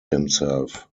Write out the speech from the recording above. himself